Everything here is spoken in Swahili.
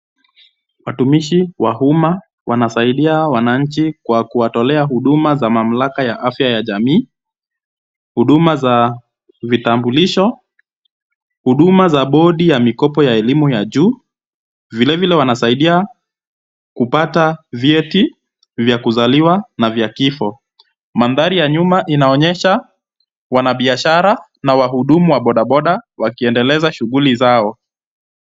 Watumishi wa umma wanasaidia wananchi kwa kuwatolea huduma za mamlaka ya afya ya jamii, huduma za vitambulisho, huduma za bodi ya mikopo ya elimu ya juu, vilevile wanasaidia kupata vyeti vya kuzaliwa na vya kifo. Mandhari ya nyuma inaonyesha wanabiashara na wahudumu wa bodaboda wakiendeleza shughuli zao.